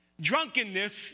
Drunkenness